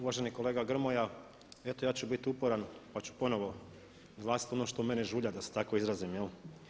Uvaženi kolega Grmoja, eto ja ću biti uporan pa ću ponovno oglasiti ono što mene žulja da se tako izrazim.